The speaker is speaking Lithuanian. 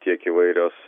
tiek įvairios